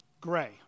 gray